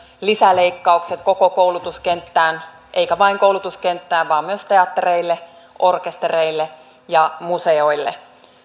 lisäleikkaukset koko koulutuskenttään eikä vain koulutuskenttään vaan myös teattereille orkestereille ja museoille